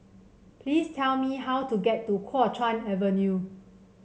please tell me how to get to Kuo Chuan Avenue